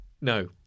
No